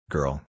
Girl